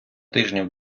тижнів